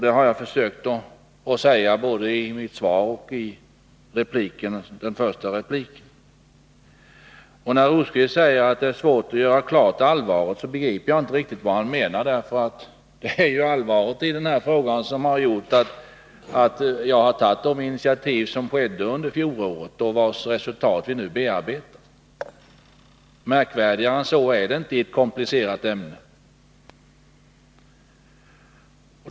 Det har jag försökt säga i mitt svar och i min första replik. När Birger Rosqvist säger att det är svårt att göra klart hur allvarlig den här frågan är, förstår jag inte vad han menar. Det är på grund av allvaret i denna fråga som jag i fjol tog vissa initiativ, vilkas resultat vi nu bearbetar. Maärkvärdigare än så är det inte i ett komplicerat ämne.